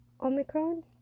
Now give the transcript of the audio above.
omicron